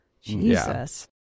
Jesus